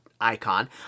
icon